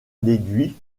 déduit